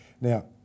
Now